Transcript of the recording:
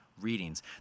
readings